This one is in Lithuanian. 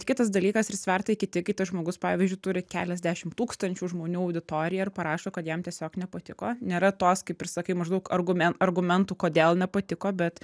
kitas dalykas ir svertai kiti kai tas žmogus pavyzdžiui turi keliasdešim tūkstančių žmonių auditoriją ir parašo kad jam tiesiog nepatiko nėra tos kaip ir sakai maždaug argumen argumentų kodėl nepatiko bet